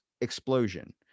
explosion